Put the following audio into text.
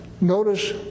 notice